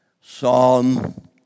Psalm